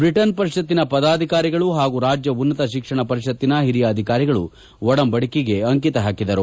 Britain ಪರಿಷತ್ತಿನ ಪದಾಧಿಕಾರಿಗಳು ಹಾಗೂ ರಾಜ್ಯ ಉನ್ನತ ಶಿಕ್ಷಣ ಪರಿಷತ್ತಿನ ಓರಿಯ ಅಧಿಕಾರಿಗಳು ಒಡಂಬಡಿಕೆಗೆ ಅಂಕಿತ ಹಾಕಿದರು